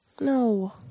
No